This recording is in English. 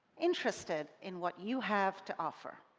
interested in what you have to offer.